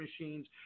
machines